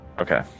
Okay